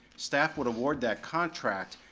staff would award that contract,